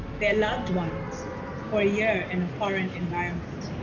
their loved ones for a year in a foreign environment?